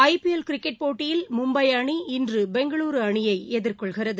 IPL cricket போட்டியில் மும்பை அணி இன்று பெங்களூரு அணியை எதிர்கொள்கிறது